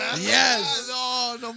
Yes